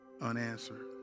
unanswered